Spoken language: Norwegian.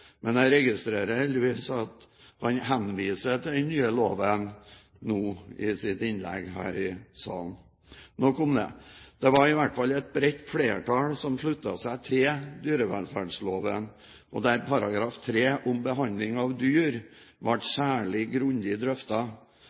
men nok om det. Det var i hvert fall et bredt flertall som sluttet seg til dyrevelferdsloven, der § 3 om behandling av dyr ble særlig grundig